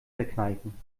verkneifen